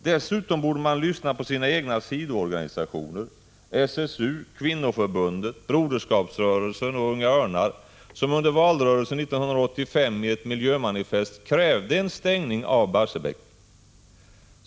Dessutom borde man lyssna på sina egna sidoorganisationer: SSU, Kvinnoförbundet, Broderskapsrörelsen och Unga örnar, som under valrörelsen 1985 i ett miljömanifest krävde en stängning av Barsebäck.